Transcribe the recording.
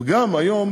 גם היום